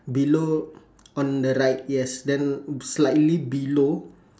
below on the right yes then slightly below